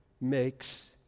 makes